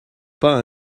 pas